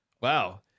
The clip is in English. Wow